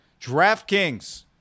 DraftKings